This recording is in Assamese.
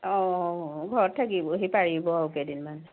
অ ঘৰত থাকিব সি পাৰিব আৰু কেইদিনমান